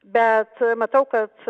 bet matau kad